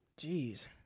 Jeez